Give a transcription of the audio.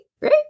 Right